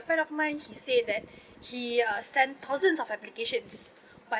a friend of mine he said that he uh sent thousands of applications but